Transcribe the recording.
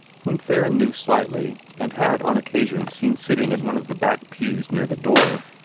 whom theron knew slightly, and had on occasions seen sitting in one of the back pews near the door,